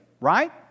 right